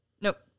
Nope